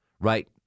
Right